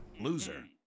Loser